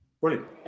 brilliant